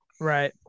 right